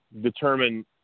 determine